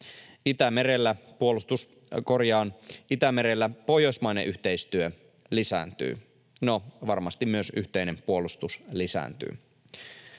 Itämerellä puolustus... korjaan, Itämerellä pohjoismainen yhteistyö lisääntyy — no, varmasti myös yhteinen puolustus lisääntyy.